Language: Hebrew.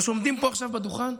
אבל כשעומדים עכשיו פה מעל הדוכן,